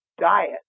diet